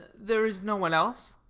there is no one else.